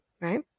Right